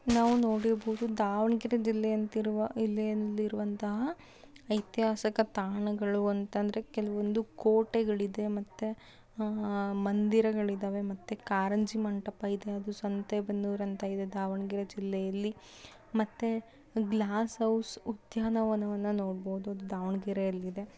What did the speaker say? ನಾವು ನೋಡಿರ್ಬೋದು ದಾವಣಗೆರೆ ಜಿಲ್ಲೆಯಂತಿರುವ ಜಿಲ್ಲೆಯಲ್ಲಿರುವಂತಹ ಐತಿಹಾಸಿಕ ತಾಣಗಳು ಅಂತ ಅಂದರೆ ಕೆಲವೊಂದು ಕೋಟೆಗಳಿದೆ ಮತ್ತೆ ಮಂದಿರಗಳಿದ್ದಾವೆ ಮತ್ತೆ ಕಾರಂಜಿ ಮಂಟಪ ಇದೆ ಅದು ಸಂತೆ ಬನ್ನೂರು ಅಂತ ಇದೆ ದಾವಣಗೆರೆ ಜಿಲ್ಲೆಯಲ್ಲಿ ಮತ್ತೆ ಗ್ಲಾಸ್ ಹೌಸ್ ಉದ್ಯಾನವನವನ್ನು ನೋಡ್ಬೋದು ದಾವಣಗೆರೆಯಲ್ಲಿದೆ